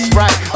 right